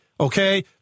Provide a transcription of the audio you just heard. Okay